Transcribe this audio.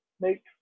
make